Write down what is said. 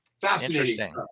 Fascinating